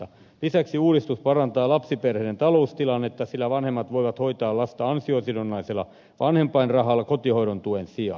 lisäksi uudistus parantaa lapsiperheiden taloustilannetta sillä vanhemmat voivat hoitaa lasta ansiosidonnaisella vanhempainrahalla kotihoidon tuen sijaan